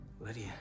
Lydia